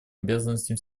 обязанностям